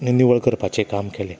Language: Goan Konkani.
हें निवळ करपाचें काम केलें